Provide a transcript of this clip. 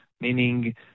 meaning